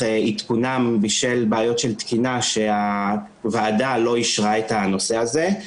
עדכונם בשל בעיות תקינה שהוועדה לא אישרה את הנושא הזה.